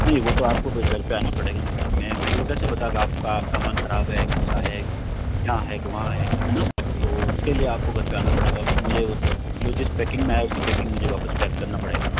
नहीं वो तो आपको फिर घर पे आना पड़ेगा ना मैडम मैं मेरे को कैसे पता कि आपका सामान खराब है की अच्छा है यहाँ है की वहाँ है है ना तो उसके लिए आपको घर पे आना पड़ेगा उसको मुझे जो जिस पैकिंग में आया उसी पैकिंग में मुझे वापस पैक करना पड़ेगा न